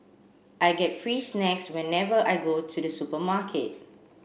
I get free snacks whenever I go to the supermarket